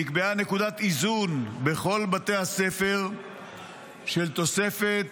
נקבעה נקודת איזון בכל בתי הספר של תוספת